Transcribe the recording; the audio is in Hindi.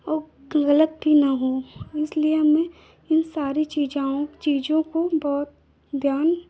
और गलत भी न हो इसलिए हमें इन सारी चीजाओं चीज़ों को बहुत ध्यान